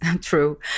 true